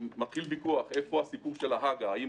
מתחיל ויכוח איפה הסיפור של ההג"א האם